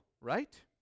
right